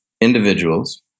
individuals